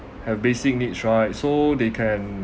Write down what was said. have basic needs right so they can